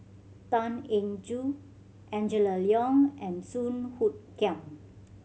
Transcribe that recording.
Tan Eng Joo Angela Liong and Song Hoot Kiam